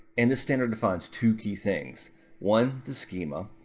and this standard defines two key things one, the schema,